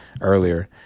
earlier